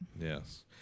Yes